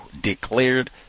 declared